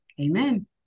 Amen